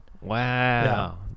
Wow